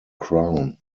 crown